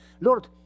Lord